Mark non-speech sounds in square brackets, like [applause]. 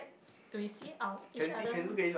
we see our each other [noise]